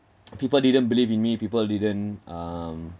people didn't believe in me people didn't um